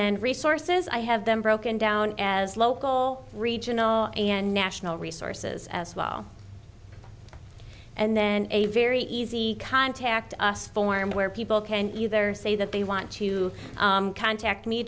then resources i have them broken down as local regional and national resources as well and then a very easy contact us form where people can either say that they want to contact me